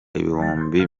ibihumbi